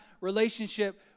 relationship